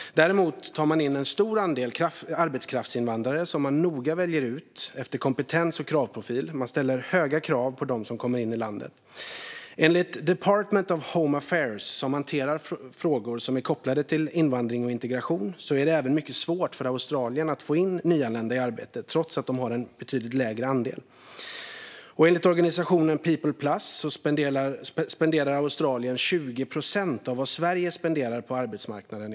Däremot tar man in en stor andel arbetskraftsinvandrare, som man noga väljer ut efter kompetens och kravprofil. Man ställer höga krav på dem som kommer in i landet. Enligt Department of Home Affairs, som hanterar frågor som är kopplade till invandring och integration, är det mycket svårt även för Australien att få in nyanlända i arbete, trots att de har en betydligt lägre andel. Enligt organisationen People Plus spenderar Australien 20 procent av vad Sverige enligt OECD spenderar på arbetsmarknaden.